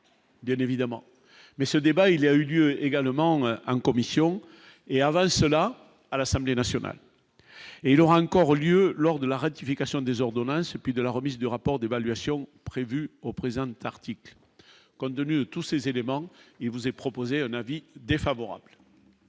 Bien évidemment, mais ce débat, il y a eu lieu également à une commission et avant cela à l'Assemblée nationale et il aura encore lieu lors de la ratification des ordonnances et puis de la remise du rapport d'évaluation prévues au présent article qu'2000, tous ces éléments, il vous est proposé un avis défavorable.